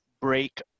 Break